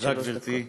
תודה, גברתי.